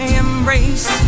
embrace